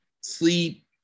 sleep